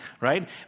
Right